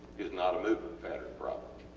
is not a movement pattern problem